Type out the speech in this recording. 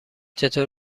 چطور